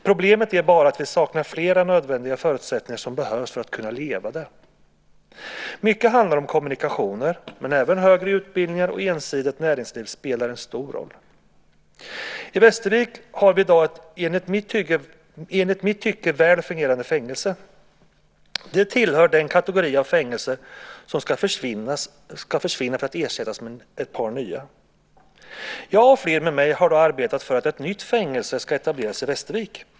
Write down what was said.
Problemet är bara att vi saknar flera nödvändiga förutsättningar som behövs för att kunna leva där. Mycket handlar om kommunikationer, men även högre utbildningar och ensidigt näringsliv spelar en stor roll. I Västervik har vi i dag ett enligt mitt tycke väl fungerande fängelse. Det tillhör den kategori av fängelser som ska försvinna för att ersättas med ett par nya. Jag och fler med mig har då arbetat för att ett nytt fängelse ska etableras i Västervik.